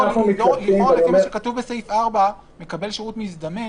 החלק הראשון הוא שנותן השירות לא